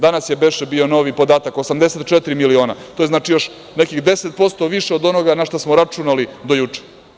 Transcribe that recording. Danas je, beše, bio novi podatak 84 miliona, to je znači još nekih 10% više od onoga na šta smo računali do juče.